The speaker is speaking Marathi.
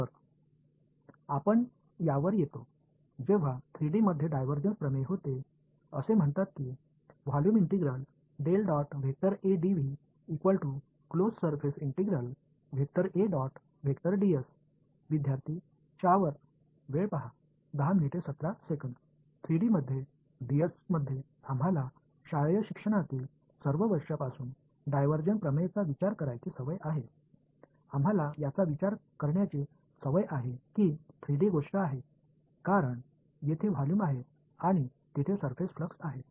तर आपण यावर येतो जेव्हा 3 डी मध्ये डायव्हर्जन्स प्रमेय होते असे म्हणतात कि विद्यार्थी च्या वर 3 डी मध्ये डीएस मध्ये आम्हाला शालेय शिक्षणातील सर्व वर्षांपासून डायव्हर्जन्स प्रमेयांचा विचार करण्याची सवय आहे आम्हाला याचा विचार करण्याची सवय आहे की 3 डी गोष्ट आहे कारण तेथे व्हॉल्युम आहे आणि तेथे सर्फेस फ्लक्स आहे